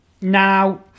Now